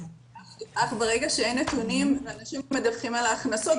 ברגע שאין נתונים ואנשים לא מדווחים על הכנסות,